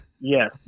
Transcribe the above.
Yes